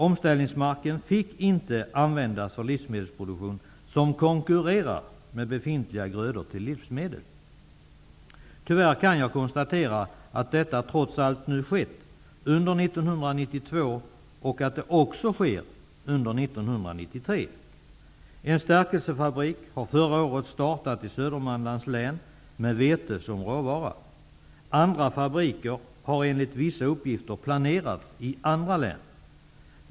Omställningsmarken fick inte användas för livsmedelsproduktion som konkurrerar med befintlig produktion. Tyvärr kan jag konstatera att detta trots allt har skett under 1992 och att det också sker under 1993. En stärkelsefabrik startade förra året i Södermanlands län, med vete som råvara. Andra fabriker har enligt vissa uppgifter planerats i andra län.